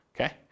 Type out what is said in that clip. okay